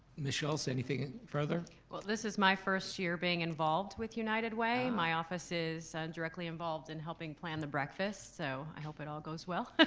miss schultz, anything further? well this is my first year being involved with united way, my office is directly involved in helping plan the breakfast, so i hope it all goes well ah